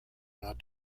not